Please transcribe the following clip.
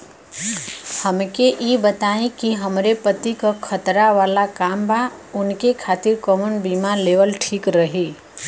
हमके ई बताईं कि हमरे पति क खतरा वाला काम बा ऊनके खातिर कवन बीमा लेवल ठीक रही?